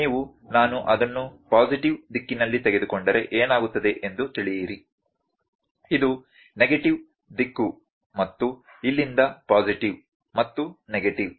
ನೀವು ನಾನು ಅದನ್ನು ಪಾಸಿಟಿವ್ ದಿಕ್ಕಿನಲ್ಲಿ ತೆಗೆದುಕೊಂಡರೆ ಏನಾಗುತ್ತದೆ ಎಂದು ತಿಳಿಯಿರಿ ಇದು ನೆಗೆಟಿವ್ ದಿಕ್ಕು ಮತ್ತು ಇಲ್ಲಿಂದ ಪಾಸಿಟಿವ್ ಮತ್ತು ನೆಗೆಟಿವ್